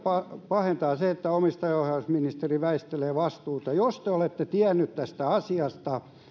pahentaa se että omistajaohjausministeri väistelee vastuuta jos te olette tiennyt tästä asiasta